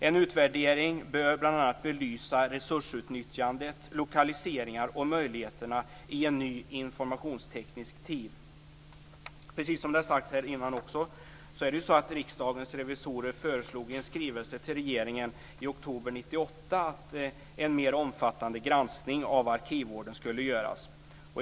En utvärdering bör bl.a. belysa resursutnyttjandet, lokaliseringar och möjligheterna i en ny informationsteknisk tid. Precis som nyss har sagts föreslog Riksdagens revisorer i en skrivelse till regeringen i oktober 1998 att en mer omfattande granskning av arkivvården skulle göras.